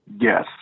Yes